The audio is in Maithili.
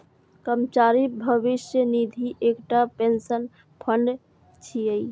कर्मचारी भविष्य निधि एकटा पेंशन फंड छियै